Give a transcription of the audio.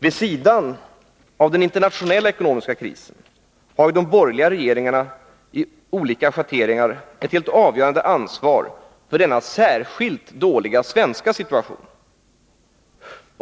Vid sidan av den internationella ekonomiska krisen har ju de borgerliga regeringarna av olika schatteringar ett helt avgörande ansvar för denna särskilt dåliga svenska situation.